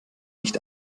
nicht